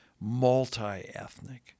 multi-ethnic